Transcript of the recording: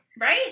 Right